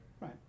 Right